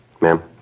Ma'am